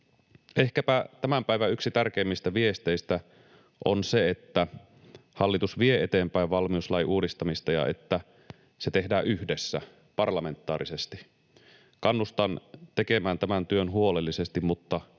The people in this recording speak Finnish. Ehkäpä tämän päivän yksi tärkeimmistä viesteistä on se, että hallitus vie eteenpäin valmiuslain uudistamista ja että se tehdään yhdessä, parlamentaarisesti. Kannustan tekemään tämän työn huolellisesti mutta ripeästi.